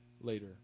later